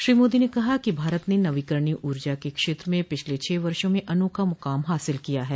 श्री मोदी ने कहा कि भारत ने नवीकरणीय ऊर्जा के क्षेत्र में पिछले छह वर्षों में अनोखा मुकाम हासिल किया है